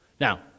Now